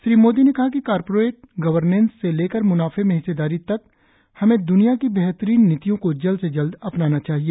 श्री मोदी ने कहा कि कॉरपोरेट गवर्नेंस से लेकर मुनाफे में हिस्सेदारी तक हमें दुनिया की बेहतरीन नीतियों को जल्द से जल्द अपनाना चाहिए